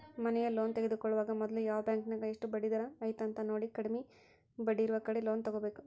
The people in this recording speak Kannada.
ಮನೆಯ ಲೋನ್ ತೆಗೆದುಕೊಳ್ಳುವಾಗ ಮೊದ್ಲು ಯಾವ ಬ್ಯಾಂಕಿನಗ ಎಷ್ಟು ಬಡ್ಡಿದರ ಐತೆಂತ ನೋಡಿ, ಕಮ್ಮಿ ಬಡ್ಡಿಯಿರುವ ಕಡೆ ಲೋನ್ ತಗೊಬೇಕು